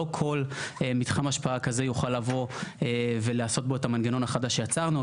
לא כל מתחם השפעה כזה יוכל לבוא ולעשות בו את המנגנון החדש שיצרנו.